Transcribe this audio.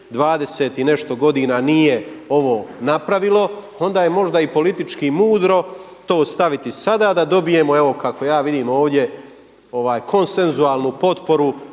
20 i nešto godina nije ovo napravilo, onda je možda i politički mudro to staviti sada da dobijemo evo kako ja vidim ovdje konsensualnu potporu